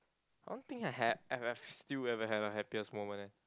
I don't think I had I've I've still haven't had my happiest moment leh